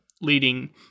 leading